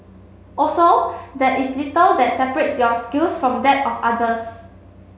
also there is little that separates your skills from that of others